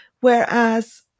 Whereas